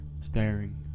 staring